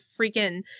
freaking